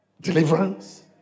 Deliverance